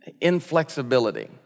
Inflexibility